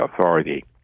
authority